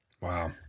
Wow